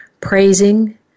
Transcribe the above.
praising